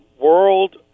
world